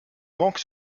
manque